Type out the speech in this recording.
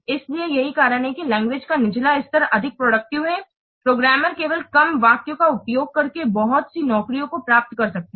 इसलिए यही कारण है कि लैंग्वेज का निचला स्तर अधिक प्रोडक्टिव है प्रोग्रामर केवल कम वाक्यों का उपयोग करके बहुत सी नौकरियों को प्राप्त कर सकते हैं